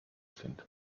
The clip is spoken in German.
sind